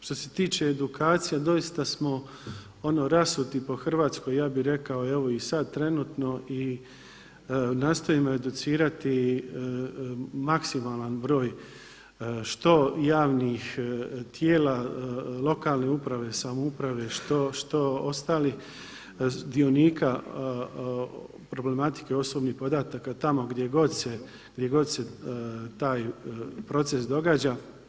Što se tiče edukacije doista smo rasuti po Hrvatskoj, ja bih rekao evo i sada trenutno i nastojimo educirati maksimalan broj što javnih tijela lokalne uprave, samouprave, što ostalih dionika problematike osobnih podataka tamo gdje god se taj proces događa.